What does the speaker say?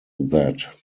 that